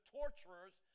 torturers